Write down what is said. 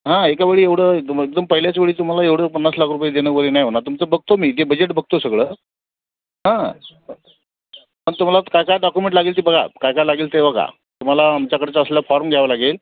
हां एका वेळी एवढं एकदम एकदम पहिल्याच वेळी तुम्हाला एवढं पन्नास लाख रुपये देणं नाही होणार तुमचं बघतो मी ते बजेट बघतो सगळं हां पण तुम्हाला काय काय डाकुमेंट लागेल ते बघा काय काय लागेल ते बघा तुम्हाला आमच्याकडचं असलेला फॉर्म घ्यावा लागेल